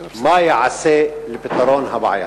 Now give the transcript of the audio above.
4. מה ייעשה לפתרון הבעיה?